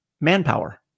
manpower